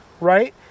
Right